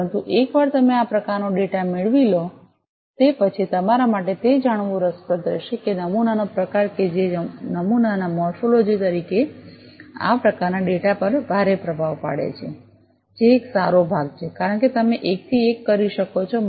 પરંતુ એકવાર તમે આ પ્રકારનો ડેટા મેળવી લો તે પછી તમારા માટે તે જાણવું રસપ્રદ રહેશે કે નમૂનાનો પ્રકાર કે જે નમૂનાના મોર્ફોલોજી તરીકે આ પ્રકારના ડેટા પર ભારે પ્રભાવ પાડે છે જે એક સારો ભાગ છે કારણ કે તમે એકથી એક કરી શકો છો